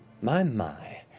my, my.